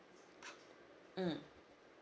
mm